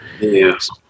Yes